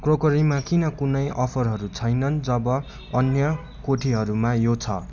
क्रोकरीमा किन कुनै अफरहरू छैनन् जब अन्य कोटीहरूमा यो छ